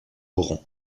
oran